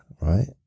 right